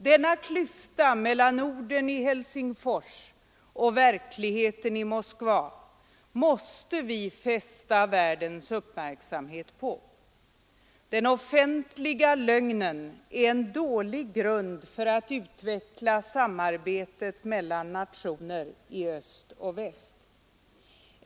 Denna klyfta mellan orden i Helsingfors och verkligheten i Moskva måste vi fästa världens uppmärksamhet på. Den offentliga lögnen är en dålig grund för att utveckla samarbetet mellan nationer i öst och väst.